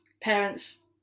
parents